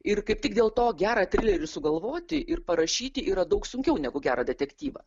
ir kaip tik dėl to gerą trilerį sugalvoti ir parašyti yra daug sunkiau negu gerą detektyvą